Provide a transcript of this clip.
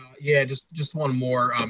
yeah just just one more.